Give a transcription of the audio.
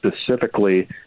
specifically